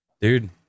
Dude